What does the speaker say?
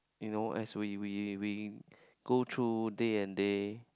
you know as we we we go through day and day